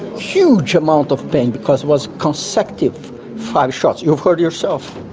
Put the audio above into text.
huge amount of pain because was consecutive fired shots. you've heard yourself.